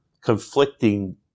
conflicting